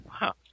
Wow